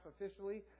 officially